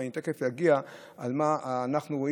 ואני תכף אגיע לדרך שבה אנחנו רואים